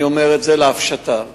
אני אומר את זה לגבי הפשטה.